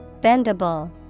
Bendable